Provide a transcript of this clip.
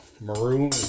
maroon